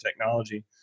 technology